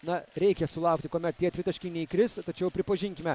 na reikia sulaukti kuomet tie dvitaškiai neįkris tačiau pripažinkime